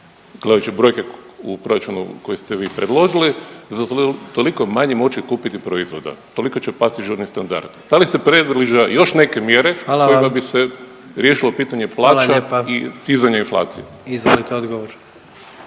gledajući brojke u proračunu koji ste vi predložili za toliko manje moći kupiti proizvoda toliko će pasti životni standard. Da li se predviđaju još neke mjere …… /Upadica predsjednik: Hvala./